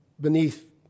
beneath